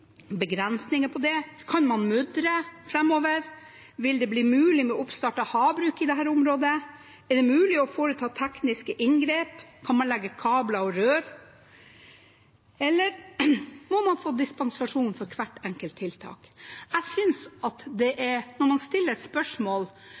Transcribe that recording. begrensninger på det? Kan man mudre framover? Vil det bli mulig med oppstart av havbruk i dette området? Er det mulig å foreta tekniske inngrep? Kan man legge kabler og rør? Eller må man få dispensasjon for hvert enkelt tiltak?